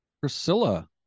Priscilla